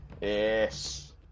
Yes